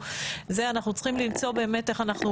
ואנחנו צריכים לראות איך אנחנו